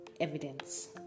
evidence